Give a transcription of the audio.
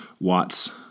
watts